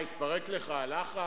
מה, התפרק לך הלחץ?